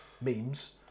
memes